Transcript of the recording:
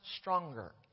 stronger